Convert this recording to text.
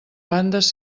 bandes